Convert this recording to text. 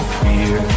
fear